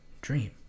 dream